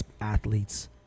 athletes